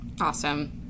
Awesome